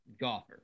golfer